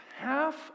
half